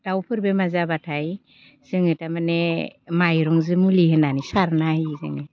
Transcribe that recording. दाउफोर बेमार जाबाथाय जोङो थारमाने माइरंजों मुलि होनानै सारनानै होयो जोङो